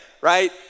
right